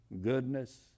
goodness